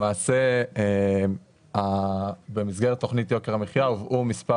למעשה במסגרת תוכנית יוקר המחיה הובאו מספר